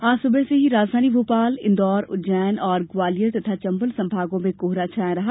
आज सुबह से ही राजधानी भोपाल इंदौर उज्जैन और ग्वालियर तथा चम्बल संभागों में कोहरा छाया रहा